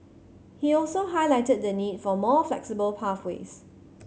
he also highlighted the need for more flexible pathways